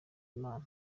imana